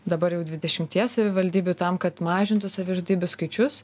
dabar jau dvidešimtyje savivaldybių tam kad mažintų savižudybių skaičius